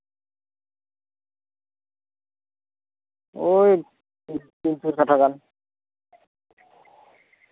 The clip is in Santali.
ᱳᱭ ᱛᱤᱱᱼᱪᱟᱨ ᱠᱟᱴᱷᱟ ᱜᱟᱱ